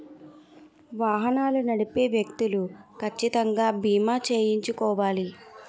వాహనాలు నడిపే వ్యక్తులు కచ్చితంగా బీమా చేయించుకోవాలి